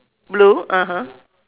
blue (uh huh)